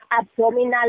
abdominal